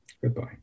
Goodbye